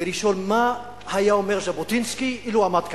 ולשאול מה היה אומר ז'בוטינסקי אילו עמד כאן,